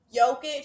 Jokic